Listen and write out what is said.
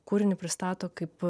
kūrinį pristato kaip